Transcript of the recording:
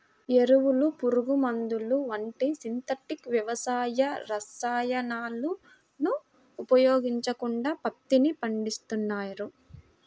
ఎరువులు, పురుగుమందులు వంటి సింథటిక్ వ్యవసాయ రసాయనాలను ఉపయోగించకుండా పత్తిని పండిస్తున్నారు